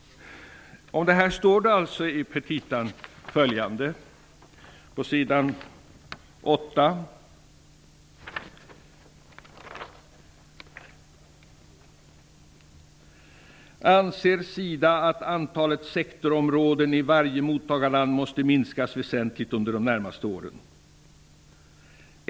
Om detta står det i SIDA:s petita på s. 8 att SIDA anser att antalet sektorområden i varje mottagarland måste minskas väsentligt under de närmaste åren.